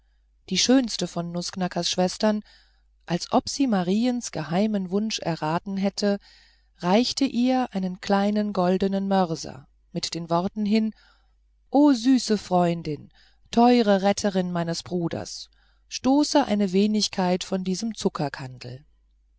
die schönste von nußknackers schwestern als ob sie mariens geheimen wunsch erraten hätte reichte ihr einen kleinen goldnen mörser mit den worten hin o süße freundin teure retterin meines bruders stoße eine wenigkeit von diesem